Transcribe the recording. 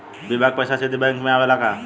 बीमा क पैसा सीधे बैंक में आवेला का?